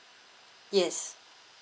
yes